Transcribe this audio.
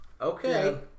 Okay